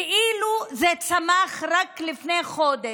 כאילו זה צמח רק לפני חודש.